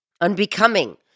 unbecoming